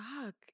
fuck